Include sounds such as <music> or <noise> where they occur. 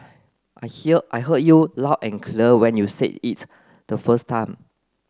I hear I heard you loud and <unintelligible> when you say it the first time